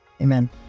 Amen